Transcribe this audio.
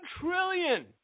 trillion